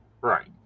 Right